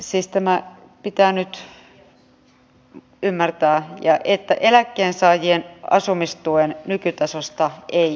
siis tämä pitää nyt ymmärtää että eläkkeensaajien asumistuen nykytasosta ei leikata